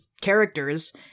characters